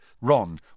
Ron